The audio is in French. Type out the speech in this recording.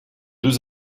deux